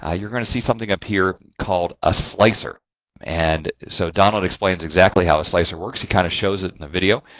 ah you're going to see something up here called a slicer and so, donald explains, exactly how a slicer works. he kind of shows it in the video,